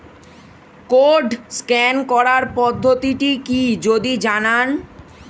Code scan করার পদ্ধতিটি কি যদি জানান?